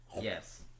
Yes